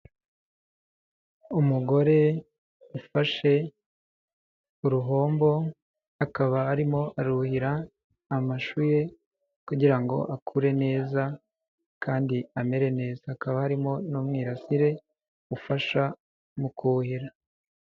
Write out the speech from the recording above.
Umugore ufashe uruhombo akaba arimo aruhira amashu ye kugira ngo akure neza kandi amere neza, hakaba harimo n'umwirasire ufasha mu kuhira.